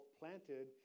planted